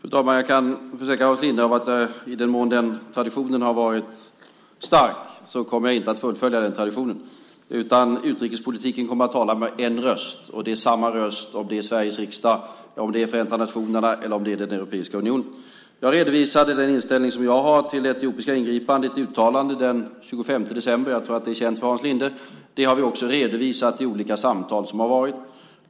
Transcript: Fru talman! Jag kan försäkra Hans Linde om att i den mån den traditionen har varit stark kommer jag inte att fullfölja den. Utrikespolitiken kommer att tala med en röst, och det är samma röst om det är Sveriges riksdag, Förenta nationerna eller den europeiska unionen. Jag redovisade den inställning som jag har till det etiopiska ingripandet i ett uttalande den 25 december. Jag tror att det är känt för Hans Linde. Det har vi också redovisat i olika samtal som har varit.